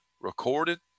recorded